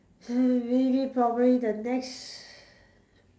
hmm maybe probably the next